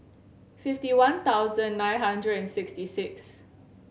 fifty one thousand nine hundred and sixty six